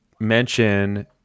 mention